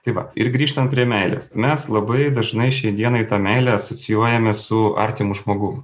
tai va ir grįžtant prie meilės mes labai dažnai šiai dienai tą meilę asocijuojame su artimu žmogum